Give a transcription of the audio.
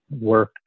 work